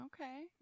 Okay